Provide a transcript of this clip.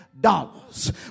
dollars